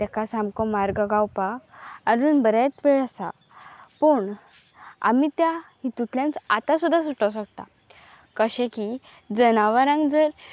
ताका सामको मार्ग गावपाक आजून बरेंच वेळ आसा पूण आमी त्या हितूतल्यांच आतां सुद्दां सुटोंक शकता कशें की जनावरांक जर